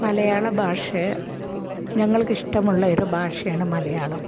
മലയാള ഭാഷ ഞങ്ങൾക്ക് ഇഷ്ട്ടമുള്ള ഒരു ഭാഷയാണ് മാലയാളം